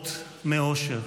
דומעות מאושר,